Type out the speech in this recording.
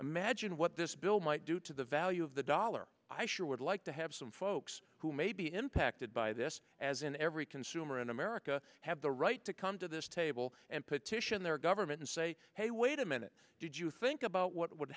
imagine what this bill might do to the value of the dollar i sure would like to have some folks who may be impacted by this as in every consumer in america have the right to come to this table and petition their government and say hey wait a minute did you think about what would